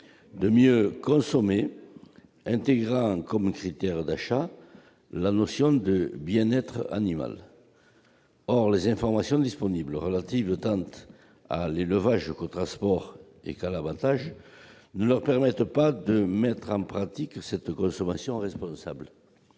de mieux consommer, intégrant comme critère d'achat la notion de bien-être animal. Or les informations disponibles, relatives tant à l'élevage qu'au transport et qu'à l'abattage, ne leur permettent pas de mettre en pratique cette consommation responsable.